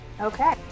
Okay